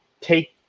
take